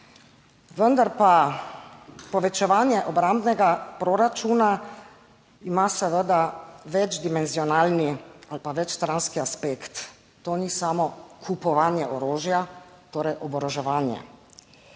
Vendar pa povečevanje obrambnega proračuna ima seveda večdimenzionalni ali pa večstranski aspekt. To ni samo kupovanje orožja, torej oboroževanje,